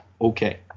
okay